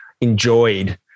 enjoyed